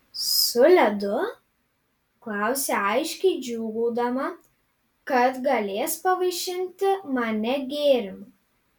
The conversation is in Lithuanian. su ledu klausia aiškiai džiūgaudama kad galės pavaišinti mane gėrimu